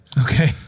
Okay